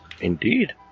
Indeed